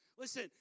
Listen